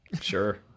Sure